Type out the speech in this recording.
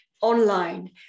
online